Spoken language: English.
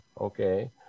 okay